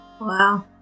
Wow